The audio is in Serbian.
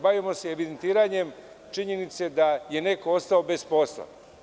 Bavimo se evidentiranjem činjenice da je neko ostao bez posla.